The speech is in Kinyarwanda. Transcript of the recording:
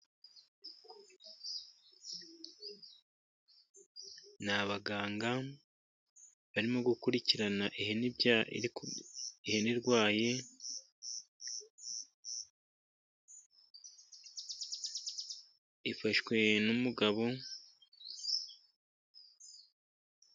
Ni abaganga barimo gukurikirana ihene irwaye, ifashwe n'umugabo.